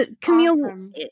Camille